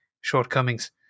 shortcomings